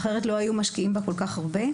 אחרת לא היו משקיעים בה כל כך הרבה.